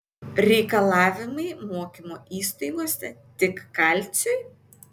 reikalavimai mokymo įstaigose tik kalciui